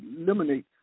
eliminate